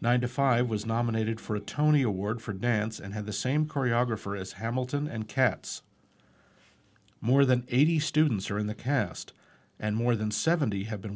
ninety five was nominated for a tony award for dance and had the same choreographer as hamilton and cats more than eighty students are in the cast and more than seventy have been